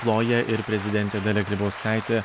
ploja ir prezidentė dalia grybauskaitė